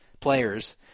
players